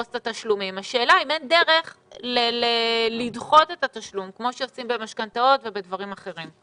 השאלה אם אין דרך לדחות את התשלום כמו שעושים במשכנתאות ובדברים אחרים.